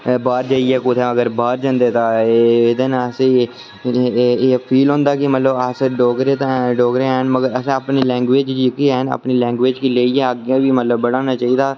बाह्र जाइयै कुदै अगर बाह्र जंदे तां एह्दे नै असें ई फील होंदा कि मतलब अस डोगरे ते डोगरे आं मगर असें अपनी लैंग्वेज़ गी लेइयै अग्गें बी मतलब बढ़ाना चाहिदा